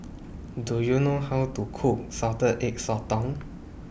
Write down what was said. Do YOU know How to Cook Salted Egg Sotong